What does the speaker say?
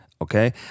Okay